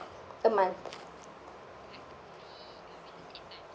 a month